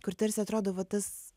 kur tarsi atrodo va tas